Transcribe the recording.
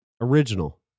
original